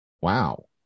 Wow